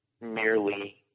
merely